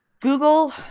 Google